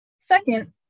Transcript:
Second